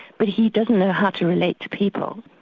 but he doesn't know how to relate to people.